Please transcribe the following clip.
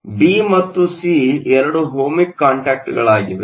ಆದ್ದರಿಂದ ಬಿ ಮತ್ತು ಸಿ ಎರಡೂ ಓಹ್ಮಿಕ್ ಕಾಂಟ್ಯಾಕ್ಟ್ಗಳಾಗಿವೆ